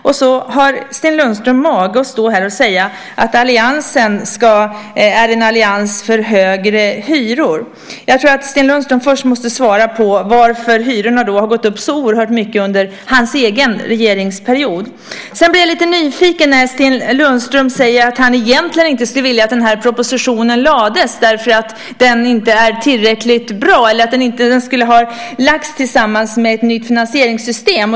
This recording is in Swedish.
Och så har Sten Lundström mage att stå här och säga att alliansen är en allians för högre hyror! Jag tror att Sten Lundström först måste svara på varför hyrorna har gått upp så oerhört mycket under hans egen regeringsperiod. Sedan blir jag lite nyfiken när Sten Lundström säger att han egentligen inte hade velat att den här propositionen lades fram eftersom den är inte tillräckligt bra eller skulle ha lagts fram tillsammans med ett nytt finansieringssystem.